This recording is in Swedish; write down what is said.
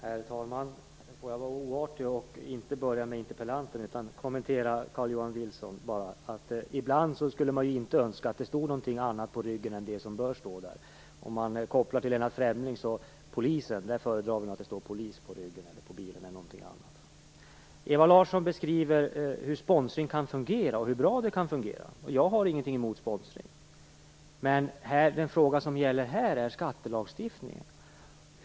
Herr talman! Jag får vara oartig och inte börja med att svara interpellanten utan kommentera Carl Johan Wilsons inlägg. Ibland skulle man önska att det inte stod någonting annat på ryggen än det som bör stå där. Om jag kopplar till det Lennart Fremling sade föredrar vi när det gäller polisen att det står Polisen på ryggen, på bilen eller på någonting annat. Ewa Larsson beskriver hur sponsring kan fungera och hur bra det kan fungera. Jag har ingenting emot sponsring. Men här är det fråga om skattelagstiftningen.